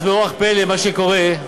אז באורח פלא, מה שקורה,